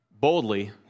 boldly